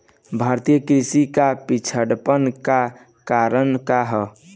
भारतीय कृषि क पिछड़ापन क कारण का ह?